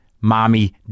mommy